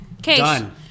done